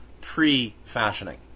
pre-fashioning